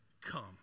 come